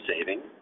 saving